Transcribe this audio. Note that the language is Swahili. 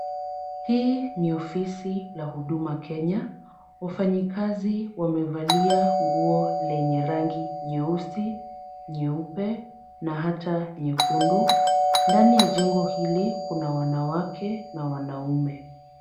Hii ni ofisi la huduma Kenya. Wafanyikazi wamevalia nguo lenye rangi nyeusi, nyeupe na hata nyekundu. Ndani ya jengo hili kuna wanawake na wanaume.